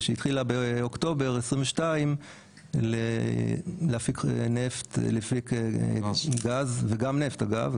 שהתחילה באוקטובר 2022 להפיק גז וגם נפט אגב,